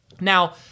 Now